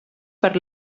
per